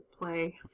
play